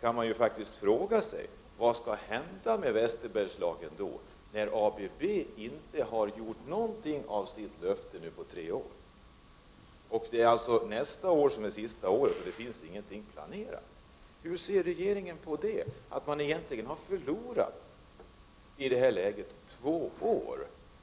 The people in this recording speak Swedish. kan man fråga sig: Vad händer då med Västerbergslagen, när ABB inte har uppfyllt något av sitt löfte på tre år? Nästa år är alltså det sista året, och ingenting är planerat. Hur ser regeringen på detta, att man egentligen har förlorat två år?